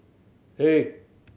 eight